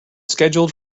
scheduled